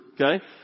Okay